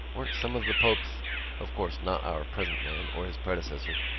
weren't some of the popes of course, not our present man, or his predecessor,